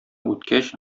үткәч